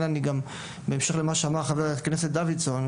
בהמשך למה שאמר חבר הכנסת דוידסון,